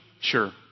Sure